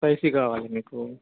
spicy కావాలి మీకు